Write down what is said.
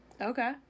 okay